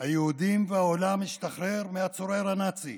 היהודים והעולם השתחררו מהצורר הנאצי.